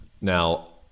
Now